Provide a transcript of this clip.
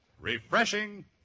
refreshing